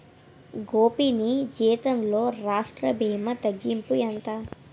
గోపీ నీ జీతంలో రాష్ట్ర భీమా తగ్గింపు ఎంత